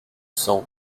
cents